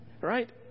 right